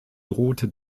drohte